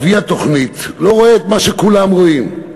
אבי התוכנית, לא רואה את מה שכולם רואים?